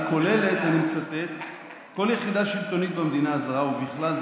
אמרת שתקצר, גדעון.